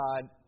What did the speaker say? God